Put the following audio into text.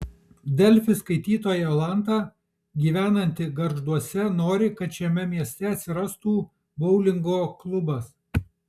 delfi skaitytoja jolanta gyvenanti gargžduose nori kad šiame mieste atsirastų boulingo klubas